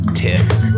tits